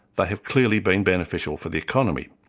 they have clearly been beneficial for the economy.